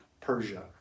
Persia